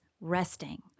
resting